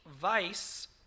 vice